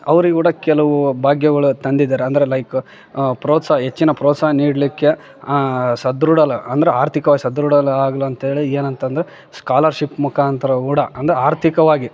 ಅವ್ರಿಕೂಡ ಕೆಲವು ಭಾಗ್ಯಗಳು ತಂದಿದ್ದಾರೆ ಅಂದರೆ ಲೈಕ್ ಪ್ರೊತ್ಸ ಹೆಚ್ಚಿನ ಪ್ರೊತ್ಸಾಹ ನೀಡಲಿಕ್ಕೆ ಸಧೃಡಲ ಅಂದ್ರೆ ಆರ್ಥಿಕ ಸದೃಢಲ ಆಗ್ಲಿ ಅಂತೇಳಿ ಏನು ಅಂತಂದ್ರೆ ಸ್ಕಾಲರ್ಶಿಪ್ ಮುಖಾಂತರ ಕೂಡ ಅಂದರೆ ಆರ್ಥಿಕವಾಗಿ